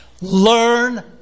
Learn